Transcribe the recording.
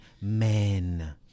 men